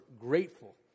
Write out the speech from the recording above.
grateful